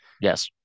yes